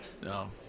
No